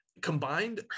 combined